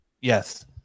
Yes